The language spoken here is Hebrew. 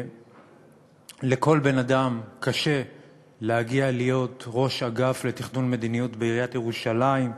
ולכל בן-אדם קשה להגיע להיות ראש אגף לתכנון מדיניות בעיריית ירושלים,